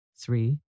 three